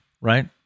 Right